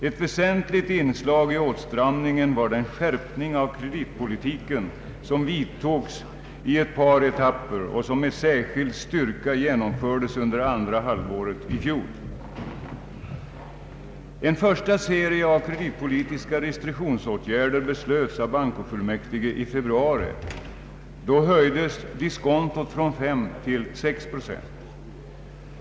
Ett väsentligt inslag i åtstramningen var den skärpning av kreditpolitiken som vidtogs i ett par etapper och som med särskild styrka genomfördes under andra halvåret i fjol. En första serie av kreditpolitiska restriktionsåtgärder beslöts av bankofullmäktige i februari. Då höjdes diskontot från 5 till 6 procent.